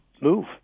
move